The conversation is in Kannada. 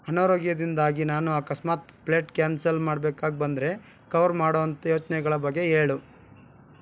ಅನಾರೋಗ್ಯದಿಂದಾಗಿ ನಾನು ಅಕಸ್ಮಾತ್ ಪ್ಲೈಟ್ ಕ್ಯಾನ್ಸಲ್ ಮಾಡ್ಬೇಕಾಗಿ ಬಂದರೆ ಕವರ್ ಮಾಡೋ ಅಂಥ ಯೋಚನೆಗಳ ಬಗ್ಗೆ ಹೇಳು